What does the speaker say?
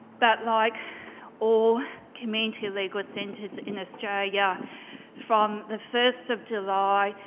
but like all community legal centers in australia yeah from the first of july,